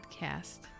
Podcast